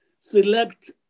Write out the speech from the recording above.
select